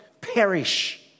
perish